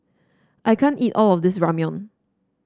I can't eat all of this Ramyeon